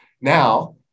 now